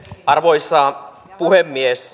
arvoisa puhemies